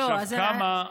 עכשיו, כמה,